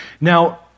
Now